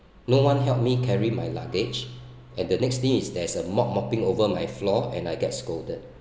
no one help me carry my luggage and the next day it's there's a mop mopping over my floor and I get scolded